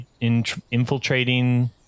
...infiltrating